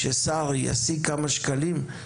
ששר ישיג כמה שקלים?